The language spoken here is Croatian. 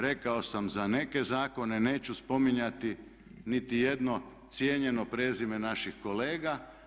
Rekao sam za neke zakone neću spominjati niti jedno cijenjeno prezime naših kolega.